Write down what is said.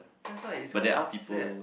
that's why it's quite sad